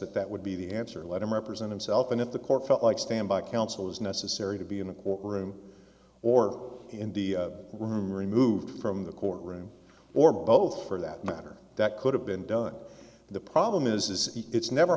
that that would be the answer let him represent himself and if the court felt like standby counsel was necessary to be in a courtroom or in the room removed from the court room or both for that matter that could have been done the problem is is it's never